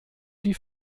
die